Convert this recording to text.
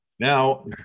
Now